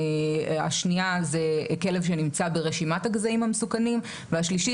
השני זה כלב שנמצא ברשימת הגזעים המסוכנים והשלישי